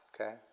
okay